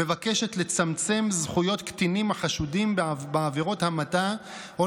מבקשת לצמצם זכויות קטינים החשודים בעבירות המתה או